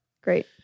Great